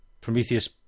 Prometheus